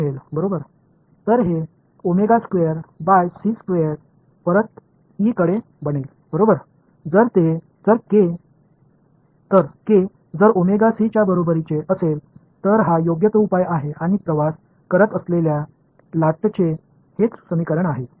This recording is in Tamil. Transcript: நான் cos திரும்பப் பெறுவேன் எனவே இது omega squared bi c squared E ஆக திரும்ப மாறும் எனவே k ஒமேகா c க்கு சமமாக இருந்தால் இந்த தீர்வு சரியானது இது பயணிக்கும் ஒரு அலையின் சமன்பாடு